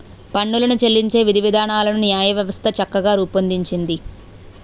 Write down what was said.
పన్నులు చెల్లించే విధివిధానాలను న్యాయవ్యవస్థ చక్కగా రూపొందించింది